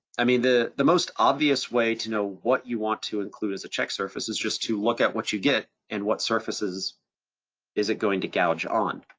i mean the the most obvious way to know what you want to include as a check surface is just to look at what you get and what surfaces is it going to gouge on.